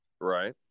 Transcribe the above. Right